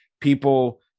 people